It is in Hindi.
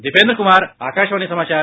दीपेन्द्र कुमार आकाशवाणी समाचार